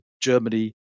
germany